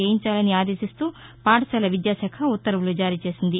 చేయించాలని ఆదేశిస్తూ పాఠశాల విద్యాశాఖ ఉత్తర్వులు జారీ చేసింది